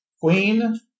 queen